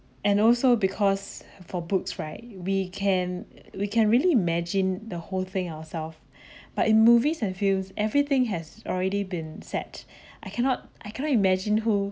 and also because for books right we can we can really imagine the whole thing ourselves but in movies and films everything has already been set I cannot I cannot imagine who